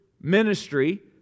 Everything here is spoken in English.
ministry